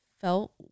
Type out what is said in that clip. felt